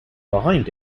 behind